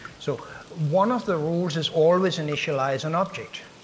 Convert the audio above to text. so one of the rules is always initialize an object,